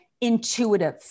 intuitive